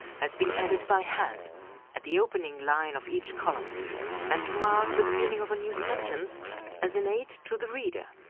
has been added by hand at the opening line of each column and to mark the beginning of a new sentence as an aide to the reader.